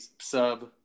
sub